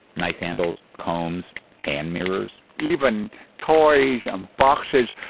knife handles, combs, hand mirrors even toys and boxes,